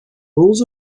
rules